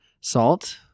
Salt